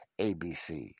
ABC